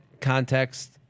context